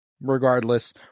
Regardless